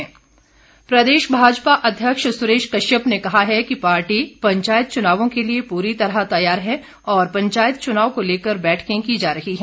सुरेश कश्यप प्रदेश भाजपा अध्यक्ष सुरेश कश्यप ने कहा है कि पार्टी पंचायत चुनावों के लिए पूरी तरह तैयार है और पंचायत चुनाव को लेकर बैठकें की जा रही है